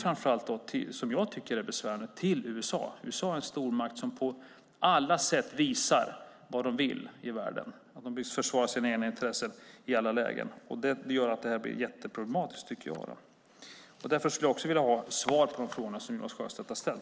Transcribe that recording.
Framför allt är, tycker jag, kopplingen till USA besvärlig. USA är en stormakt som på alla sätt visar vad de vill i världen. I alla lägen vill de försvara sina intressen. Det gör, anser jag, att det hela blir mycket problematiskt. Därför skulle också jag här vilja ha svar på de frågor som Jonas Sjöstedt ställt.